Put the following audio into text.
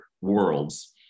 worlds